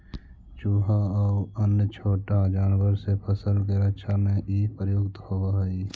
चुहा आउ अन्य छोटा जानवर से फसल के रक्षा में इ प्रयुक्त होवऽ हई